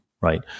Right